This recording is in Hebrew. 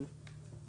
כן.